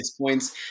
points